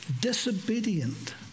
disobedient